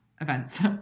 events